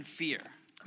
fear